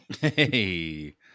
Hey